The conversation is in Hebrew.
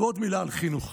עוד מילה על חינוך.